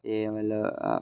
एह् मतलब